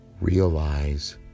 realize